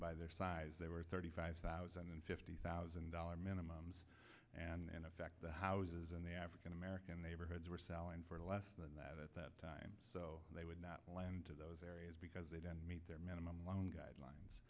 by their size they were thirty five thousand and fifty thousand dollars minimum and in fact the houses in the african american neighborhoods were selling for less than that at that time so they would not lend to those areas because they didn't meet their minimum loan guidelines